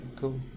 cool